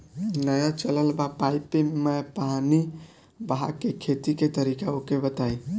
नया चलल बा पाईपे मै पानी बहाके खेती के तरीका ओके बताई?